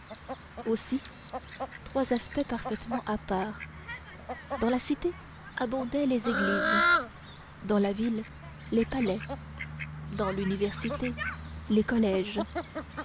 aussi trois aspects parfaitement à part dans la cité abondaient les églises dans la ville les palais dans l'université les collèges